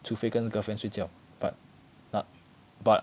除非跟 girlfriend 睡觉 but but but